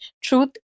Truth